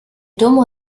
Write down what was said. dumm